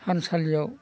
थानसालियाव